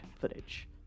footage